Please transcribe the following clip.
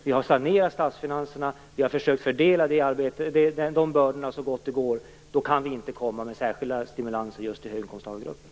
Vi har sanerat statsfinanserna och försökt fördela de bördorna så gott det går. Då kan vi inte komma med särskilda stimulanser just till en höginkomsttagargrupp.